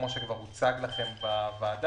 כמו שכבר הוצג לכם בוועדה,